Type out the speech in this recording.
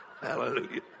Hallelujah